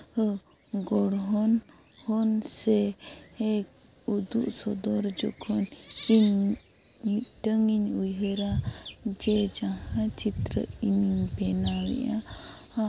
ᱟᱜ ᱜᱚᱲᱦᱚᱱ ᱠᱷᱚᱱ ᱥᱮ ᱩᱫᱩᱜ ᱥᱚᱫᱚᱨ ᱡᱚᱠᱷᱚᱱ ᱤᱧ ᱢᱤᱫᱴᱟᱹᱝ ᱤᱧ ᱩᱭᱦᱟᱹᱨᱟ ᱡᱮ ᱡᱟᱦᱟᱸ ᱪᱤᱛᱨᱟᱹ ᱤᱧ ᱵᱮᱱᱟᱣᱮᱜᱼᱟ